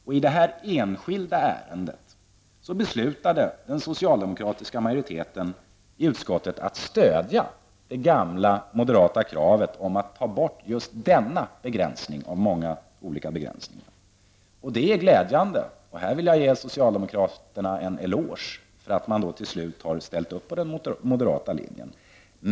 I det enskilda ärendet beslutade den socialdemokratiska majoriteten i utskottet att stödja det gamla moderata kravet om att ta bort just denna begränsning av många olika begränsningar. Det är glädjande, och här vill jag ge socialdemokraterna en eloge för att de till slut har ställt upp på den moderata linjen.